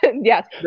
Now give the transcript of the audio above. Yes